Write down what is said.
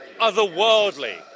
otherworldly